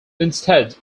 instead